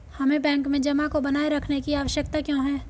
हमें बैंक में जमा को बनाए रखने की आवश्यकता क्यों है?